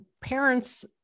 parents